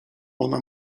ona